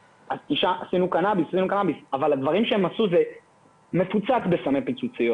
שעשנו קנאביס אבל מה שהם לקחו זה סמי פיצוציות